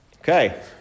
Okay